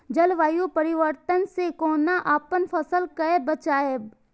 जलवायु परिवर्तन से कोना अपन फसल कै बचायब?